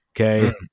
okay